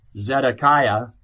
Zedekiah